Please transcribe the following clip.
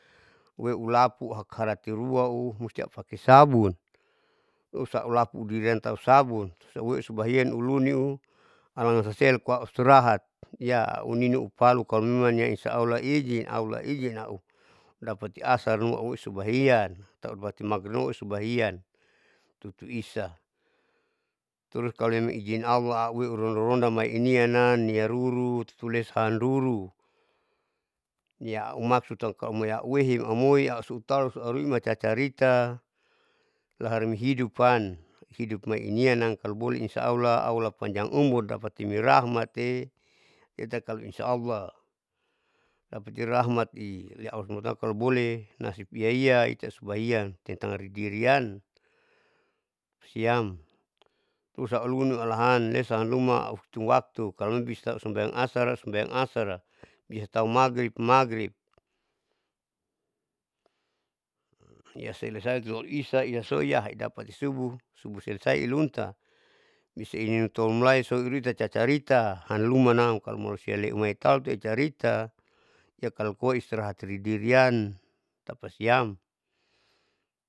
Uweulapu akharati uao musti aupaki sabun terus aulapu diriam tausabun soie subahian uluni alangan sasela koa auistirahat iya auninu upalu kalomemang nia insaya allah ijin alllah ijin au dapatin asarnuma auweu subahian taubati magnu subahian tut isa, terus kaloiame ijin allah uweu ronda ronda maieunam niaruru tutulesan ruru ia aumaksutan kaltan aumei aheu talu alima sucacarita laharimi hiodupan hidup maiinianam kaloboleh insyaallah allah panjang umur dapati mirahmat te, ita kalo insya allah dapati rahmat allah subahana wata alla kalo boleh nasip iaia ita subahian tentang ridiriam, siam terus auluni alahan lesa luma auhitung waktu kalo memang bisa ausumbayang asara bisa tahu magrib hiyaselesai loisa isaso ya idapati susbu subu selesai lunta bisa ilimi muraiso irui taticacarita hanlumanam kalomalusia leumai talute ucarita ya kalopo istirahat idirian tapasiam.